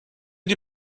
die